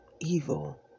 evil